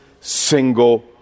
single